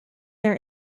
their